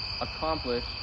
accomplish